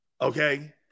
Okay